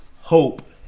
hope